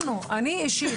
אני אישית,